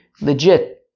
legit